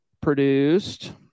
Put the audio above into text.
produced